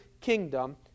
kingdom